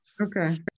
Okay